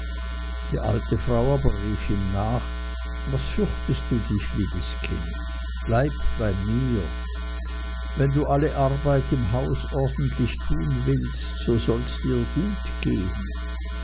die alte frau aber rief ihm nach was fürchtest du dich liebes kind bleib bei mir wenn du alle arbeit im hause ordentlich tun willst so soll dirs gut gehn